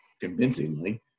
convincingly